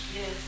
Yes